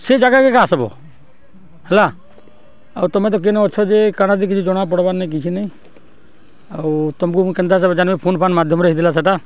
ସେ ଜାଗାକେକା ଆସିବ ହେଲା ଆଉ ତୁମେ ତ କେନ ଅଛ ଯେ କାଣାଦି କିଛି ଜଣା ପଡ଼ବାର୍ ନାହିଁ କିଛି ନାହିଁ ଆଉ ତମକୁ ମୁଁ କେନ୍ତା ଜାଣିବି ଫୋନ ଫାନ ମାଧ୍ୟମରେ ହେଇଥିଲା ସେଇଟା